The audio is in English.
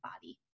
body